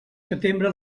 setembre